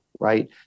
right